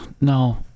No